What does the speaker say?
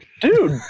dude